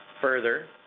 Further